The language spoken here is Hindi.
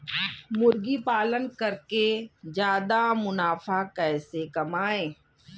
मुर्गी पालन करके ज्यादा मुनाफा कैसे कमाएँ?